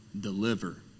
Deliver